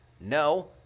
No